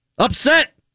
Upset